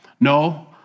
No